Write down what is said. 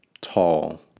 Tall